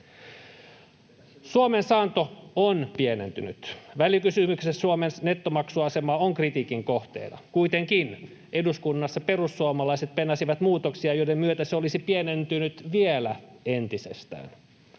Suomen saanto on pienentynyt. Välikysymyksessä Suomen nettomaksuasema on kritiikin kohteena. Kuitenkin eduskunnassa perussuomalaiset penäsivät muutoksia, joiden myötä se olisi pienentynyt vielä entisestään.